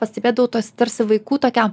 pastebėdavau tuos tarsi vaikų tokia